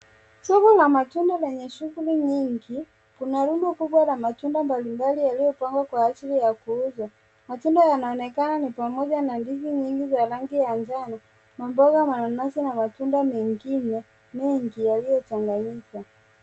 Soko la matunda lenye shughuli nyingi. Kuna rundo kubwa la matunda mbalimbali yaliyopangwa kwa ajili ya kuuzwa. Matunda yanaonekana ni pamoja na ndizi nyingi za rangi ya njano madogo mananasi na matunda mengine mengi yaliyochanganyika.